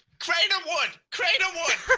crainer would, crainer would.